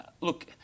Look